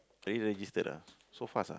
they already registered ah so fast ah